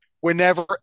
Whenever